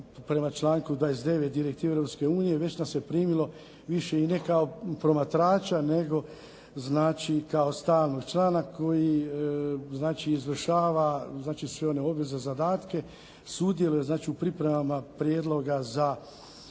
prema članku 29. direktive Europske unije već nas je primilo više i ne kao promatrača nego znači kao stalnog člana koji znači izvršava znači sve one obveze i zadatke, sudjeluje znači u pripremama prijedloga za